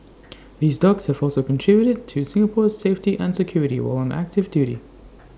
these dogs have also contributed to Singapore's safety and security while on active duty